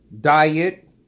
Diet